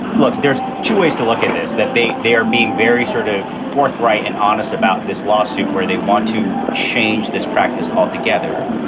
look, there's two ways to look at this, that they they are being very sort of forthright and honest about this lawsuit where they want to change this practice altogether.